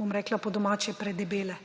bom rekla po domače, predebele,